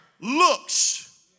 looks